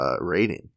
rating